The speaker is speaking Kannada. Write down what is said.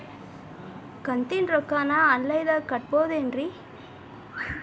ಕಂತಿನ ರೊಕ್ಕನ ಆನ್ಲೈನ್ ದಾಗ ಕಟ್ಟಬಹುದೇನ್ರಿ?